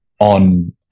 on